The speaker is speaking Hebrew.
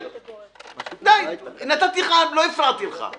לא הפרעתי לך.